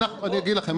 אגיד לכם,